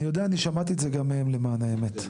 אני יודע, אני שמעתי את זה גם מהם למען האמת.